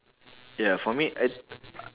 ya for me I